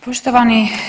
Poštovani.